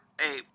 hey